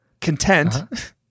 content